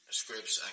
scripts